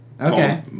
Okay